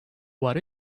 what